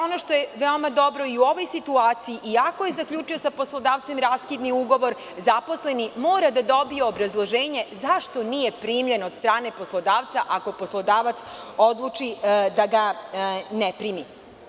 Ono što je veoma dobro u ovoj situaciji, i ako je zaključio sa poslodavcem raskidni ugovor zaposleni mora da dobije obrazloženje zašto nije primljen od strane poslodavca ako poslodavac odluči da ga ne primi.